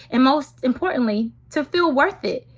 and most importantly to feel worth it.